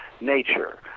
nature